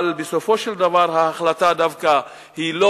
אבל בסופו של דבר ההחלטה היא דווקא לא